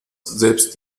selbst